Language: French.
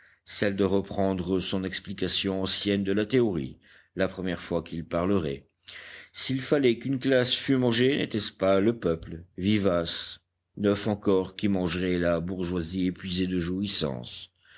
celle de reprendre son explication ancienne de la théorie la première fois qu'il parlerait s'il fallait qu'une classe fût mangée n'était-ce pas le peuple vivace neuf encore qui mangerait la bourgeoisie épuisée de jouissance